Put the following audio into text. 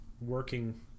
working